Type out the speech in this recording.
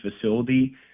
facility